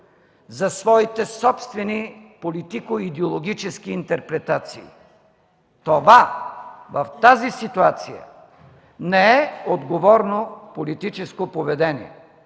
за своите собствени политико-идеологически интерпретации. Това в тази ситуация не е отговорно политическо поведение!